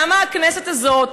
למה הכנסת הזאת,